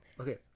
Okay